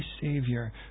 Savior